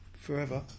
forever